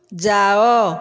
ଯାଅ